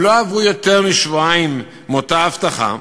ולא עברו יותר משבועיים מאותה הבטחה,